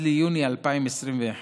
עד ליוני 2021,